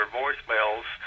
voicemails